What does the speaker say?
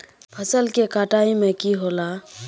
फसल के कटाई में की होला?